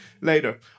later